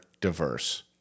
diverse